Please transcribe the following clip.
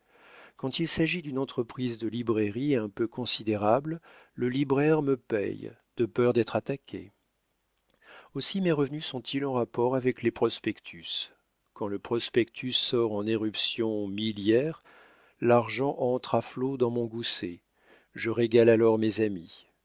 quand il s'agit d'une entreprise de librairie un peu considérable le libraire me paye de peur d'être attaqué aussi mes revenus sont-ils en rapport avec les prospectus quand le prospectus sort en éruptions miliaires l'argent entre à flots dans mon gousset je régale alors mes amis